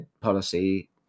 policy